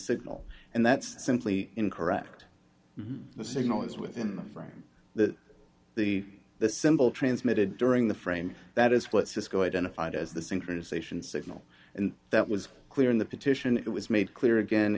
signal and that's simply incorrect the signal is within the frame that the the symbol transmitted during the frame that is what cisco identified as the synchronization signal and that was clear in the petition it was made clear again